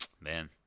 man